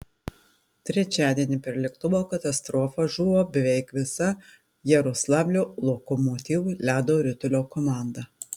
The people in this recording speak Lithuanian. trečiadienį per lėktuvo katastrofą žuvo beveik visa jaroslavlio lokomotiv ledo ritulio komanda